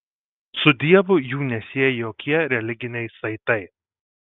su dievu jų nesieja jokie religiniai saitai